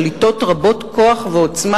שליטות רבות כוח ועוצמה,